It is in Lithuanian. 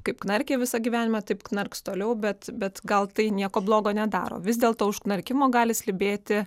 kaip knarkė visą gyvenimą taip knarks toliau bet bet gal tai nieko blogo nedaro vis dėlto už knarkimo gali slypėti